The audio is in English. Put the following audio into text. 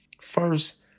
First